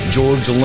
George